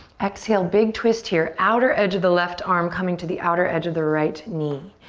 exhale, big twist here. outer edge of the left arm coming to the outer edge of the right knee.